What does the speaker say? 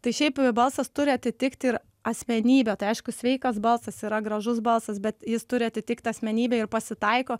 tai šiaip balsas turi atitikt ir asmenybę tai aišku sveikas balsas yra gražus balsas bet jis turi atitikt asmenybę ir pasitaiko